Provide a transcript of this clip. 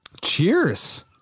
Cheers